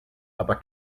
aber